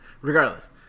Regardless